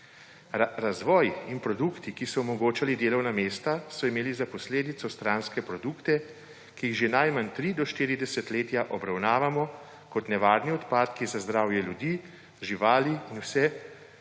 Razvoj in produkti, ki so omogočali delovna mesta, so imeli za posledico stranke produkte, ki jih že najmanj tri do štiri desetletja obravnavamo kot nevarne odpadke za zdravje ljudi, živali in vso